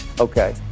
Okay